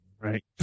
Right